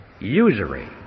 usury